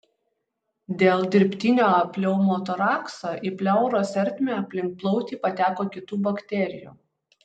dėl dirbtinio pneumotorakso į pleuros ertmę aplink plautį pateko kitų bakterijų